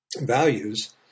values